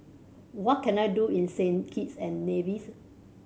what can I do in Saint Kitts and Nevis